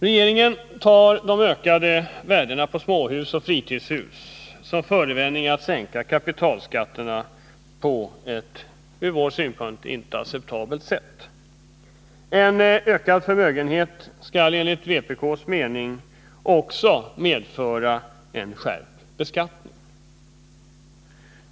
Regeringen tar de ökade värdena på småhus och fritidshus som förevändning att sänka kapitalskatterna på ett ur vår synpunkt inte acceptabelt sätt. En ökad förmögenhetsskatt skall enligt vpk:s mening också medföra en skärpt beskattning.